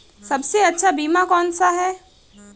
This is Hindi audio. सबसे अच्छा बीमा कौनसा है?